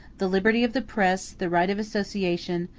the liberty of the press, the right of association,